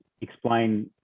explain